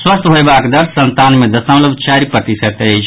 स्वस्थ होयबाक दर संतानवे दशमलव चारि प्रतिशत अछि